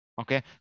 Okay